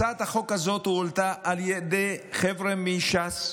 הצעת החוק הזאת הועלתה על ידי חבר'ה מש"ס,